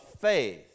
faith